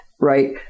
right